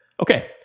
Okay